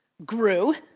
grew,